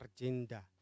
agenda